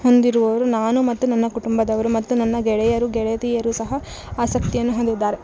ಹೊಂದಿರುವವರು ನಾನು ಮತ್ತು ನನ್ನ ಕುಟುಂಬದವ್ರು ಮತ್ತು ನನ್ನ ಗೆಳೆಯರು ಗೆಳೆತಿಯರು ಸಹ ಆಸಕ್ತಿಯನ್ನು ಹೊಂದಿದ್ದಾರೆ